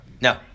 No